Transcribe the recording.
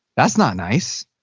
that's not nice.